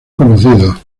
conocidos